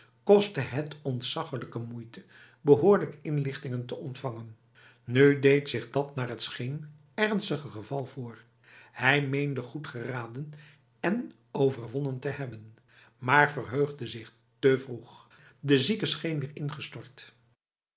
kostte het ontzaglijke moeite behoorlijk inlichtingen te ontvangen nu deed zich dat naar het scheen ernstig geval voor hij meende goed geraden en overwonnen te hebben maar verheugde zich te vroeg de zieke scheen weer ingestort